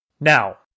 Now